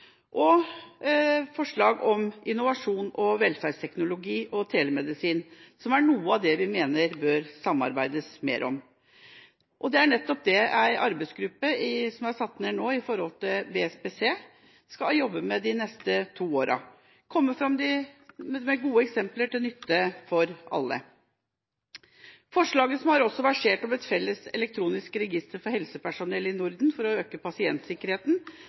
og forslaget om innovasjon, velferdsteknologi og telemedisin, som er noe av det vi mener det bør samarbeides mer om. Det er nettopp det en arbeidsgruppe som nå er satt ned i BSPC, skal jobbe med de neste to årene: å komme fram med gode eksempler til nytte for alle. Forslaget som også har versert om et felles elektronisk register for helsepersonell i Norden for å øke pasientsikkerheten,